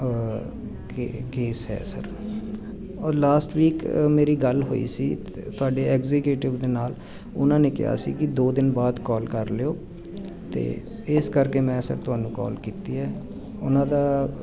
ਕੇ case ਹੈ sir ਔਰ last week ਮੇਰੀ ਗੱਲ ਹੋਈ ਸੀ ਤੁਹਾਡੇ ਐਗਜੀਗੇਟਿਵ ਦੇ ਨਾਲ ਉਹਨਾਂ ਨੇ ਕਿਹਾ ਸੀ ਕਿ ਦੋ ਦਿਨ ਬਾਅਦ ਕਾਲ ਕਰ ਲਿਓ ਤਾਂ ਇਸ ਕਰਕੇ ਮੈਂ ਸਰ ਤੁਹਾਨੂੰ ਕਾਲ ਕੀਤੀ ਹੈ ਉਹਨਾਂ ਦਾ